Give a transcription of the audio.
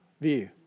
view